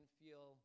feel